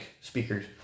speakers